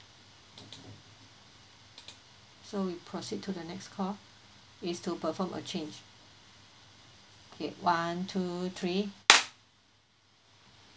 so we proceed to the next call is to perform a change okay one two three